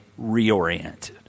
reoriented